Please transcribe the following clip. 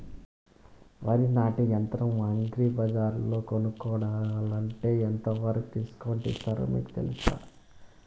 వరి నాటే యంత్రం అగ్రి బజార్లో కొనుక్కోవాలంటే ఎంతవరకు డిస్కౌంట్ ఇస్తారు మీకు తెలుసా?